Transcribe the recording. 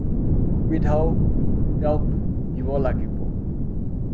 সুবিধাও তেওঁক দিব লাগিব